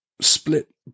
split